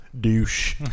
douche